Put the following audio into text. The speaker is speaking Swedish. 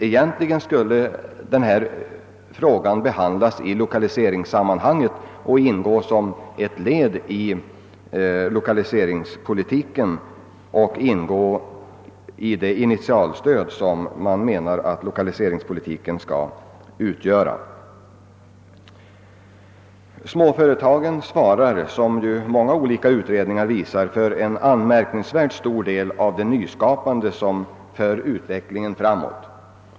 Egentligen skulle därför denna fråga behandlas i lokaliseringssammanhang och ingå som ett led i lokaliseringspolitiken; kostnaderna för utbildningen borde innefattas i det initialstöd som lokaliseringspolitiken skall utgöra. Som många utredningar visat svarar småföretagen för en anmärkningsvärt stor del av det nyskapande som för ut vecklingen framåt.